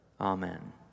Amen